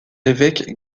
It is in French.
l’évêque